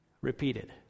repeated